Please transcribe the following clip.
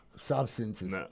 Substances